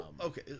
Okay